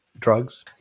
Drugs